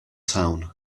town